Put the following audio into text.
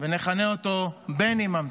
ונכנה אותו: בני ממטרה.